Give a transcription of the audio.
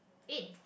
in